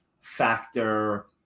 factor